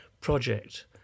project